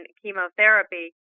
chemotherapy